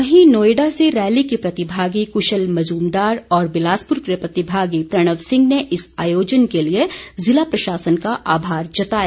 वहीं नोएडा से रैली के प्रतिभागी कुशल मजूमदार और बिलासपुर के प्रतिभागी प्रणब सिंह ने इस आयोजन के लिए ज़िला प्रशासन का आभार जताया